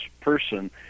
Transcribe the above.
person